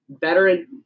veteran